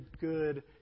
good